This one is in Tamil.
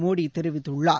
மோடி தெரிவித்துள்ளார்